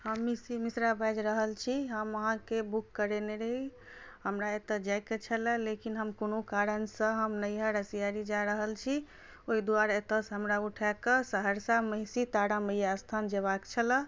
हम मिसरी मिश्रा बाजि रहल छी हम अहाँके बुक करेने रही हमरा एतय जाइके छलए लेकिन हम कोनो कारणसँ हम नैहर रसयारी जा रहल छी ओहि दुआरे एतयसँ हमरा उठाए कऽ सहरसा महिषी तारा मैया स्थान जयबाक छलए